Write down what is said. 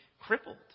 crippled